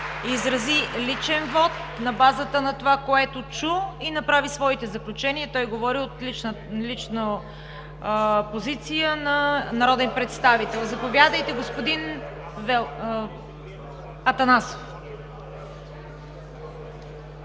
изрази личен вот на базата на това, което чу, и направи своите заключения. Той говори от лична позиция на народен представител. Заповядайте, господин Атанасов.